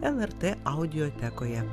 lrt audiotekoje